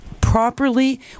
properly